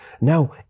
now